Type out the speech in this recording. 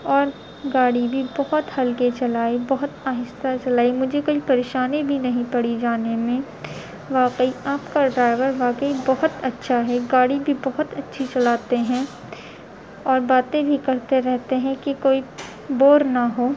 اور گاڑی بھی بہت ہلکے چلائی بہت آہستہ چلائی مجھے کوئی پریشانی بھی نہیں پڑی جانے میں واقعی آپ کا ڈرائیور واقعی بہت اچھا ہے گاڑی بھی بہت اچھی چلاتے ہیں اور باتیں بھی کرتے رہتے ہیں کہ کوئی بور نہ ہو